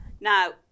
now